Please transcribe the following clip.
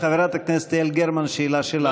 חברת הכנסת יעל גרמן, השאלה שלך.